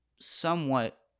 somewhat